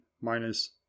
minus